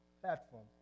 platform